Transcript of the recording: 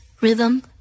rhythm